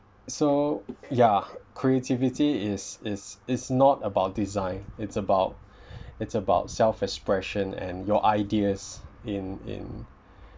so ya creativity is is is not about design it's about it's about self-expression and your ideas in in